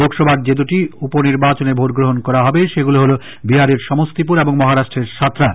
লোকসভার যে দুটি উপনির্বাচনে ভোট গ্রহন করা হবে সেগুলো হল বিহারের সমস্তিপুর এবং মহারাষ্ট্রের সাতারা